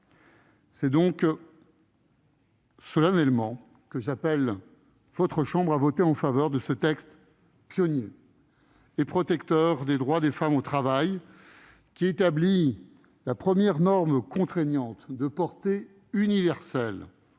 C'est donc solennellement que j'appelle votre chambre à voter en faveur de ce texte pionnier et protecteur des droits des femmes au travail, qui établit la première norme contraignante, de portée universelle,